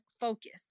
focus